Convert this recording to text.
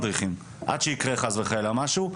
עד שיקרה חס וחלילה משהו.